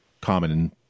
common